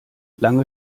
lange